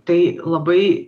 tai labai